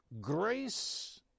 grace